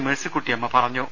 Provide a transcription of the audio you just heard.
മേഴ്സിക്കുട്ടിയമ്മ പറഞ്ഞു